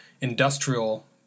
industrial